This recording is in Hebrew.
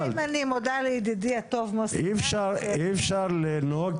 אני מודה לידידי הטוב מוסי רז ש- אי אפשר לנהוג